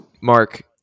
Mark